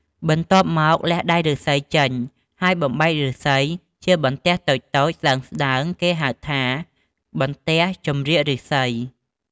បន្ទាប់មក លះដៃឫស្សីចេញ ហើយបំបែកឫស្សីជាបន្ទះតូចៗស្ដើងៗ គេហៅថា បន្ទះចម្រៀកឫស្សី ។